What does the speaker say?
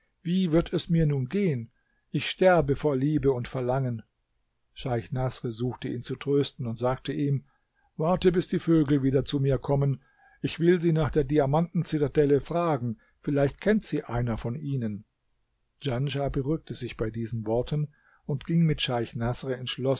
wie wird es mir nun gehen ich sterbe vor liebe und verlangen scheich naßr suchte ihn zu trösten und sagte ihm warte bis die vögel wieder zu mir kommen ich will sie nach der diamanten zitadelle fragen vielleicht kennt sie einer von ihnen djanschah beruhigte sich bei diesen worten und ging mit scheich naßr